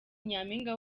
nyampinga